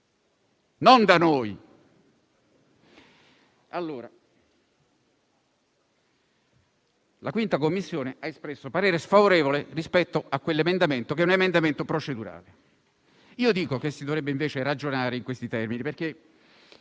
non da noi.